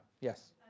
yes